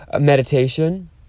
meditation